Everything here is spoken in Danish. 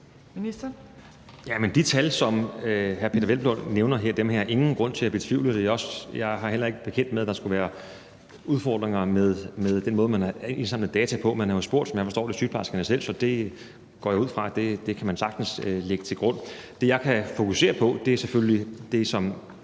De tal, som hr. Peder Hvelplund nævner her, har jeg ingen grund til at betvivle. Jeg er heller ikke bekendt med, at der skulle være udfordringer med den måde, man har indsamlet data på. Man har jo spurgt, som jeg forstår det, sygeplejerskerne selv, så det går jeg ud fra man sagtens kan lægge til grund. Det, jeg kan fokusere på, er selvfølgelig det, som